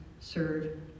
serve